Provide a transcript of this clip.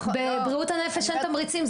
בבריאות הנפש אין תמריצים.